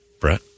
Brett